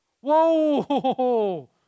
Whoa